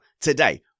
today